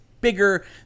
bigger